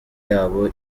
yabo